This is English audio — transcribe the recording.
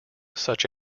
such